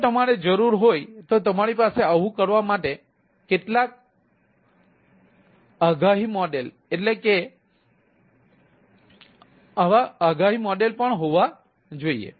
જો તમારે જરૂર હોય તો તમારી પાસે આવું કરવા માટે કેટલાક આગાહી મોડેલ પણ હોવા જોઈએ